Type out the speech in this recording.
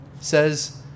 says